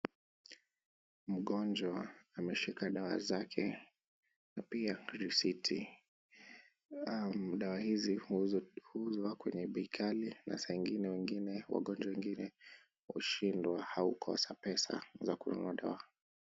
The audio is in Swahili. Mgonjwa ameshika dawa zake pia risiti. Dawa hizi huuzwa kwenye bikali na saa ingine wagonjwa wengine hushindwa kwa kukosa pesa za kununua dawa.